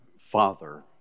Father